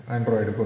Android